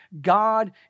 God